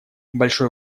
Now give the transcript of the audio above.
большое